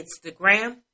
Instagram